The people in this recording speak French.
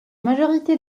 majorité